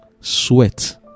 sweat